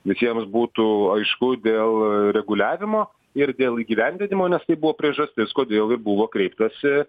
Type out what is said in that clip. visiems būtų aišku dėl reguliavimo ir dėl įgyvendinimo nes tai buvo priežastis kodėl ir buvo kreiptasi